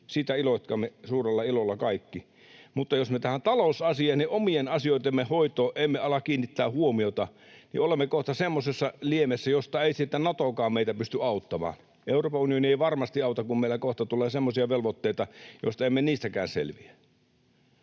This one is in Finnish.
Siitä iloitkaamme suurella ilolla kaikki. Mutta jos me tähän talousasiaan ja omien asioittemme hoitoon emme ala kiinnittää huomiota, niin olemme kohta semmoisessa liemessä, josta ei Natokaan meitä pysty auttamaan. Euroopan unioni ei varmasti auta, kun meille kohta tulee semmoisia velvoitteita, joista emme, niistäkään, selviä.